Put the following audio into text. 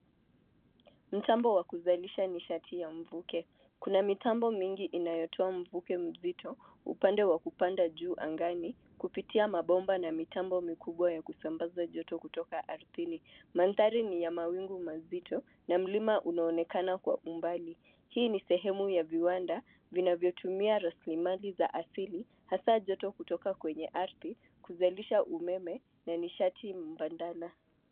Mtambo wa kuzalisha nishati ya mvuke, kuna mitambo mingi inayotoa mvuke mzito upande wa kupanda juu angani kupitia mabomba na mitambo mikubwa ya kusambaza joto kutoka ardhini. Mandhari ni ya mawingu mazito na mlima unaonekana kwa umbali. Hii ni sehemu ya viwanda vinavyotumia rasilimali za asili hasa joto kutoka kwenye ardhi kuzalisha umeme na nishati mbadala.